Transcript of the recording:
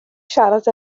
siarad